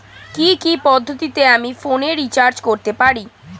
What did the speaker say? কি কি পদ্ধতিতে আমি ফোনে রিচার্জ করতে পারি?